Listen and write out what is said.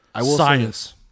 Science